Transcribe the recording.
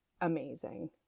amazing